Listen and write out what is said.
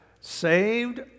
saved